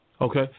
Okay